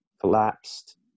collapsed